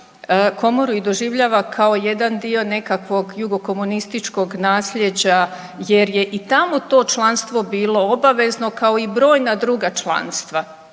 Komoru doživljava kao jedan dio nekakvog jugo komunističkog nasljeđa jer je i tamo to članstvo bilo obavezno kao i brojna druga članstva.